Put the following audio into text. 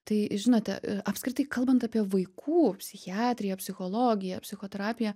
tai žinote apskritai kalbant apie vaikų psichiatriją psichologiją psichoterapiją